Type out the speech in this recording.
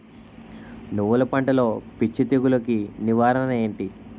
నువ్వులు పంటలో పిచ్చి తెగులకి నివారణ ఏంటి?